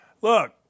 Look